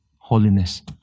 holiness